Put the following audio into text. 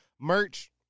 merch